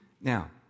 Now